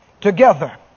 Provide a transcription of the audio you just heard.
together